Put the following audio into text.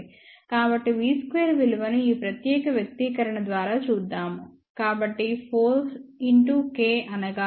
కాబట్టి v2 విలువను ఈ ప్రతేక్య వ్యక్తీకరణ ద్వారా చూద్దాము కాబట్టి 4 k అనగా 1